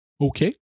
Okay